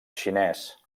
xinès